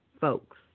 folks